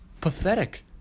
pathetic